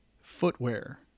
footwear